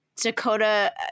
Dakota